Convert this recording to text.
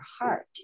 heart